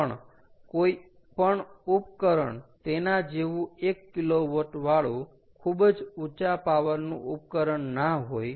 પણ કોઈ પણ ઉપકરણ તેના જેવુ 1 kW વાળું ખૂબ જ ઊચા પાવરનું ઉપકરણ ના હોય